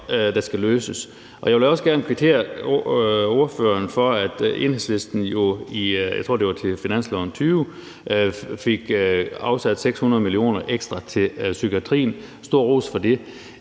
der skal løses. Jeg vil også gerne kvittere ordføreren for, at Enhedslisten i, jeg tror, det var finansloven 2020, fik afsat 600 millioner ekstra til psykiatrien – stor ros for det.